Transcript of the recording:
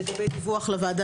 לגבי דיווח לוועדה